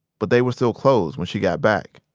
but they were still closed when she got back.